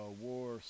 War